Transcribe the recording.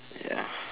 ya